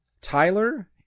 Tyler